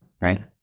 right